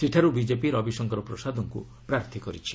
ସେଠାରୁ ବିଜେପି ରବିଶଙ୍କର ପ୍ରସାଦଙ୍କୁ ପ୍ରାର୍ଥୀ କରିଛି